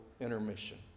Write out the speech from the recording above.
intermission